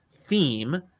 theme